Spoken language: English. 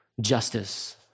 justice